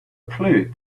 clue